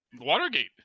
Watergate